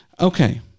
Okay